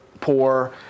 poor